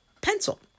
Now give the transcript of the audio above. Pencil